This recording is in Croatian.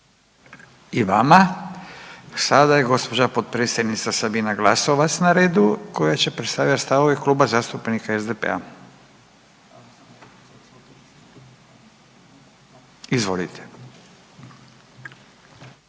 I vama. Sada je gospođa potpredsjednica Sabina Glasovac na redu koja će predstavljati stavove Kluba zastupnika SDP-a. Izvolite.